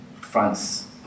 France